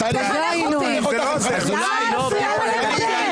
תראו לי משהו אחד --- למה את מהלכת אימים על הייעוץ המשפטי?